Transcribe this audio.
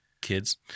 kids